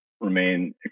remain